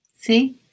See